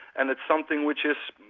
and it's something which is,